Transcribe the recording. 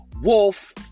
Wolf